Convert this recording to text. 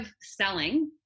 selling